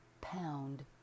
pound